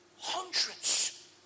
hundreds